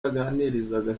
yaganirizaga